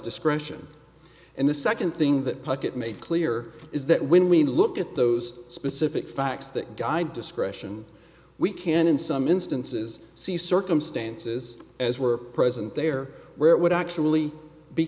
discretion and the second thing that pocket made clear is that when we look at those specific facts that guide discretion we can in some instances see circumstances as were present there where it would actually be